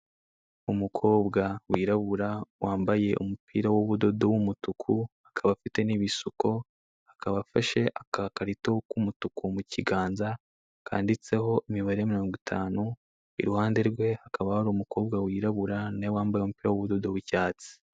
Umukobwa wirabura wambaye umupira w'ubudodo w'umutuku akaba afite n'ibisuko akaba afashe akakarito k'umutuku mu kiganza kanditseho imibare mirongo itanu, iruhande rwe hakaba hari umukobwa wirabura nawe wambaye umupira w'ubudodo w'icyatsi.